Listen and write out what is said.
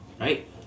right